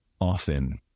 often